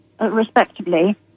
respectably